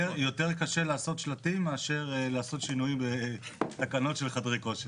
יותר קשה לעשות שלטים מאשר לעשות שינוי בתקנות של חדרי כושר.